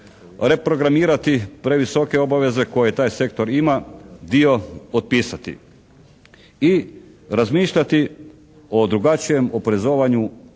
reprogramirati previsoke obaveze koje taj sektor ima, dio otpisati. I razmišljati o drugačijem oporezovanju